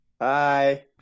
Hi